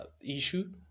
issue